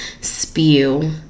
spew